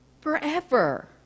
forever